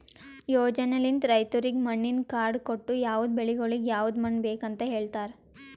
ಯೋಜನೆಲಿಂತ್ ರೈತುರಿಗ್ ಮಣ್ಣಿನ ಕಾರ್ಡ್ ಕೊಟ್ಟು ಯವದ್ ಬೆಳಿಗೊಳಿಗ್ ಯವದ್ ಮಣ್ಣ ಬೇಕ್ ಅಂತ್ ಹೇಳತಾರ್